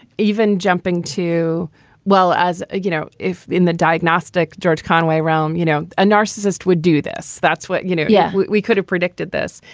even jumping to well, as ah you know, in the diagnostic george conway, rome, you know, a narcissist would do this. that's what you know. yeah, we could've predicted this.